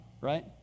right